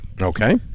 Okay